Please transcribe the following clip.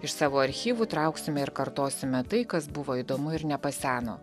iš savo archyvų trauksime ir kartosime tai kas buvo įdomu ir nepaseno